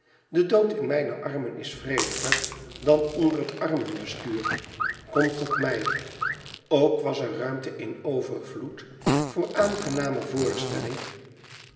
de dood in mijne armen is vrediger dan onder het armbestuur kom tot mij ook was er ruimte in overvloed voor aangenamer voorstelling